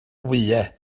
wyau